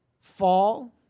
fall